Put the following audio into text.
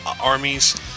armies